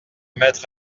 mettre